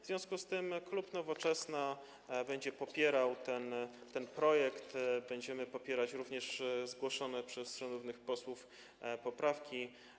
W związku z tym klub Nowoczesna będzie popierał ten projekt, będziemy popierać również zgłoszone przez różnych posłów poprawki.